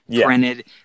printed